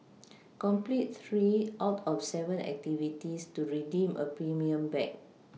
complete three out of seven activities to redeem a premium bag